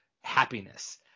happiness